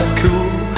cool